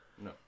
No